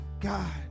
god